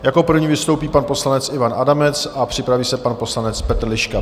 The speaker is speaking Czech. Jako první vystoupí pan poslanec Ivan Adamec, připraví se pan poslanec Petr Liška.